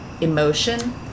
emotion